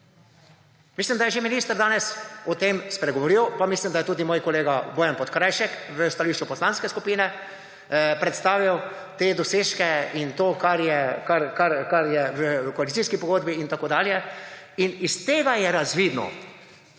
Mislim, da je že minister danes o tem spregovoril, pa mislim, da je tudi moj kolega Bojan Podkrajšek v stališču poslanske skupine predstavil te dosežke in to, kar je v koalicijski pogodbi in tako dalje. Iz tega je razvidno,